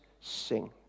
Sing